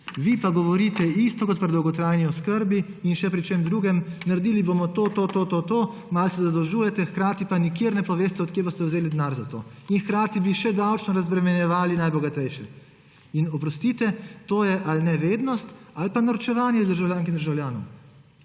vi pa govorite isto, kot pri dolgotrajni oskrbi in še pri čem drugem, naredili bomo to, to, to, malo se zadolžujete, hkrati pa nikjer ne poveste, od kje boste vzeli denar za to in hkrati bi še davčno razbremenjevali najbogatejše. In oprostite, to je ali nevednost ali pa norčevanje iz državljank in državljanov.